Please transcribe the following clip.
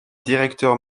directeur